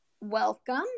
Welcome